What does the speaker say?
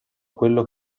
quello